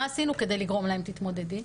מה עשינו כדי לגרום להן תתמודדי?